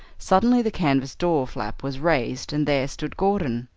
suddenly the canvas door flap was raised and there stood gordon.